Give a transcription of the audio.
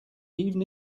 even